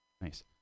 Nice